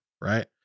right